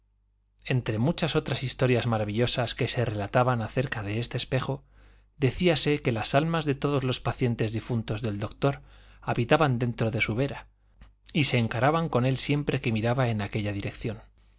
entre muchas otras historias maravillosas que se relataban acerca de este espejo decíase que las almas de todos los pacientes difuntos del doctor habitaban dentro de su vera y se encaraban con él siempre que miraba en aquella dirección